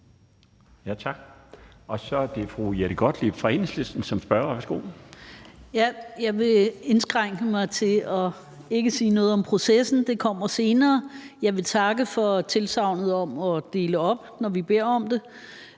Tak. Så er det fru Jette Gottlieb fra Enhedslisten som spørger. Værsgo. Kl. 15:04 Jette Gottlieb (EL): Jeg vil indskrænke mig og ikke sige noget om processen – det kommer senere. Jeg vil takke for tilsagnet om at dele det op, når vi beder om det.